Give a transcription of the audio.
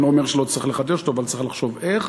ואני לא אומר שלא צריך לחדש אותו אבל צריך לחשוב איך,